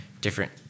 different